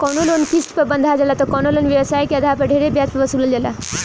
कवनो लोन किस्त पर बंधा जाला त कवनो लोन व्यवसाय के आधार पर ढेरे ब्याज पर वसूलल जाला